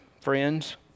friends